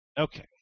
Okay